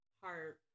heart